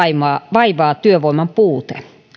vaivaa työvoiman puute